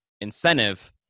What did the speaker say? incentive